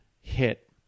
hit